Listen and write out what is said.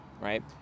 right